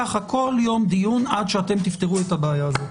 ככה, כל יום דיון, עד שאתם תפתרו את הבעיה הזאת.